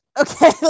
okay